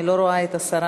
אני לא רואה את השרה,